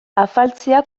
afaltzea